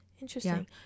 interesting